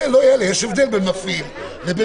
יש הבדל בין מפעיל לבין זה.